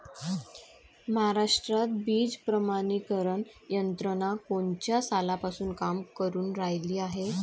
महाराष्ट्रात बीज प्रमानीकरण यंत्रना कोनच्या सालापासून काम करुन रायली हाये?